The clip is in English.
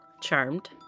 charmed